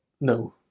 no